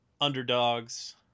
Underdogs